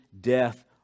Death